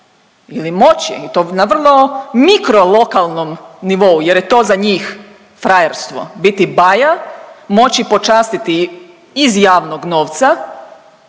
ili moći i to na vrlo mikrolokalnom nivou jer je to za njih frajerstvo biti baja, moći počastiti iz javnog novca